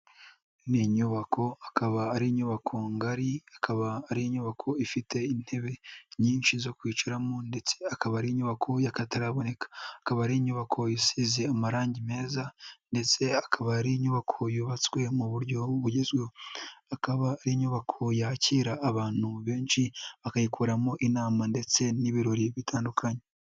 Ni nyubako akaba ari inyubako ngari, ikaba ari inyubako ifite intebe nyinshi zo kwicaramo ndetse akaba ari inyubako y'akataraboneka, akaba ari inyubako isize amarangi meza ndetse akaba ari inyubako yubatswe mu buryo bugezweho, akaba ari inyubako yakira abantu benshi bakayikoreramo inama ndetse n'ibirori bitandukanye.